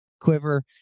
quiver